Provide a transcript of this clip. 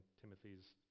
Timothy's